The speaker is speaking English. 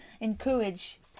encourage